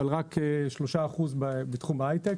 אבל רק 3% בתחום ההיי-טק,